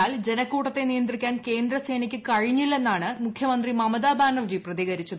എന്നാൽ ജനക്കൂട്ടത്തെ നിയന്ത്രിക്കാൻ കേന്ദ്രസേനയ്ക്ക് കഴിഞ്ഞില്ലെന്നാണ് മുഖ്യമന്ത്രി മമതാ ബാനർജി പ്രതികരിച്ചത്